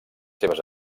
seves